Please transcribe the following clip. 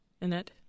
Annette